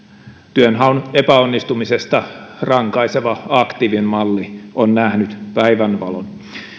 työnhaun epäonnistumisesta rankaiseva aktiivimalli on nähnyt päivänvalon